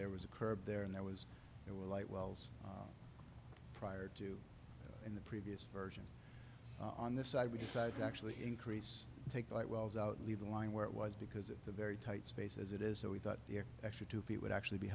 there was a curb there and there was there were light wells prior to in the previous version on this side we decided to actually increase take the wells out leave the line where it was because it's a very tight space as it is so we thought the extra two feet would actually be